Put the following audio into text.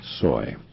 soy